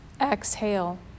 Exhale